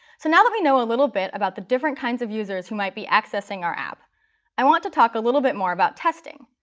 so now that we know a little bit about the different kinds of users who might be accessing our app i want to talk a little bit more about testing.